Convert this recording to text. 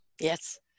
Yes